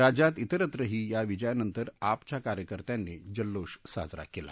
राज्यात विस्त्रही या विजयानंतर आपच्या कार्यकर्त्यानी जल्लोष साजरा केला